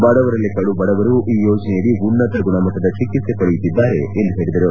ಬಡವರಲ್ಲೇ ಕಡು ಬಡವರು ಈ ಯೋಜನೆಯಡಿ ಉನ್ನತ ಗುಣಮಟ್ಟದ ಚಿಕಿತ್ಸೆ ಪಡೆಯುತ್ತಿದ್ದಾರೆ ಎಂದು ಹೇಳಿದರು